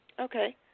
Okay